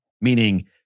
meaning